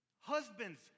Husbands